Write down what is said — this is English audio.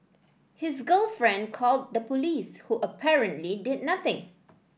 his girlfriend called the police who apparently did nothing